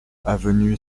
avenue